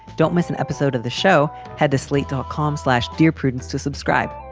don't miss an episode of the show. head to slate dot com slash dear prudence to subscribe.